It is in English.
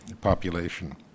population